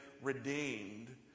redeemed